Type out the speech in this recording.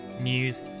news